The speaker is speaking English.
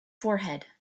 forehead